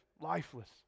lifeless